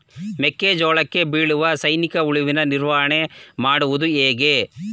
ಮೆಕ್ಕೆ ಜೋಳಕ್ಕೆ ಬೀಳುವ ಸೈನಿಕ ಹುಳುವಿನ ನಿರ್ವಹಣೆ ಮಾಡುವುದು ಹೇಗೆ?